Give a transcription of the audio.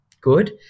good